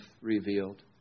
revealed